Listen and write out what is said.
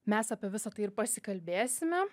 mes apie visa tai ir pasikalbėsime